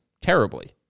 terribly